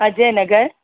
Ajay Nagar